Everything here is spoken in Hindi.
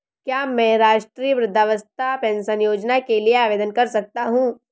क्या मैं राष्ट्रीय वृद्धावस्था पेंशन योजना के लिए आवेदन कर सकता हूँ?